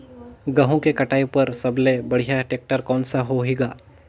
गहूं के कटाई पर सबले बढ़िया टेक्टर कोन सा होही ग?